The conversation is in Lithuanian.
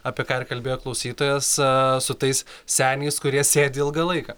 apie ką ir kalbėjo klausytojas a su tais seniais kurie sėdi ilgą laiką